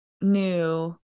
new